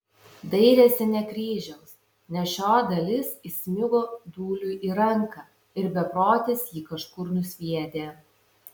dairėsi ne kryžiaus nes šio dalis įsmigo dūliui į ranką ir beprotis jį kažkur nusviedė